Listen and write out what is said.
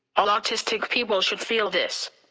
all autistic people should feel this.